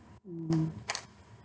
um